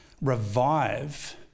revive